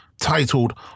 titled